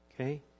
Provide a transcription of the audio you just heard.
Okay